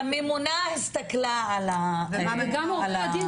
הממונה הסתכלה על ה --- סליחה,